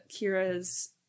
Kira's